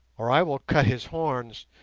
or i will cut his horns.